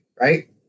right